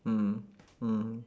mm mm